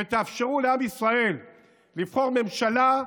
ותאפשרו לעם ישראל לבחור ממשלה,